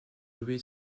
joué